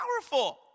powerful